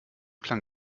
klang